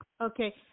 Okay